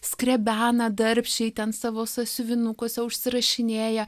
skrebena darbščiai ten savo sąsiuvinukuose užsirašinėja